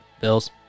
Bills